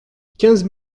quinze